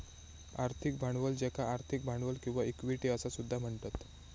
आर्थिक भांडवल ज्याका आर्थिक भांडवल किंवा इक्विटी असा सुद्धा म्हणतत